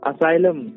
Asylum